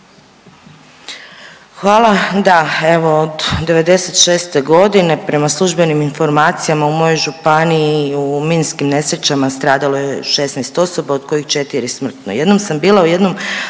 Hvala. Da, evo od '96. g. prema službenim podacima u mojoj županiji u minskim nesrećama stradalo je 16 osoba, od kojih 4 smrtno.